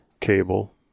cable